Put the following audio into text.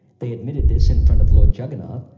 they admitted this in front of lord jagannath,